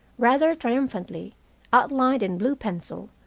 rather triumphantly outlined in blue pencil,